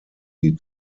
die